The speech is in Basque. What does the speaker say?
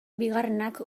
bigarrenak